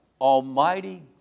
Almighty